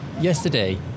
Yesterday